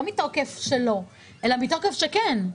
לא מתוקף שלא אלא מתוקף שכן.